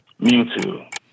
Mewtwo